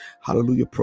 Hallelujah